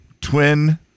twin